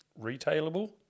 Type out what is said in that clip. retailable